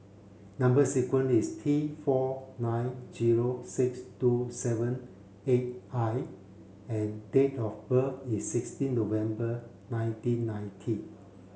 number sequence is T four nine zero six two seven eight I and date of birth is sixteen November nineteen ninety